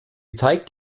zeigt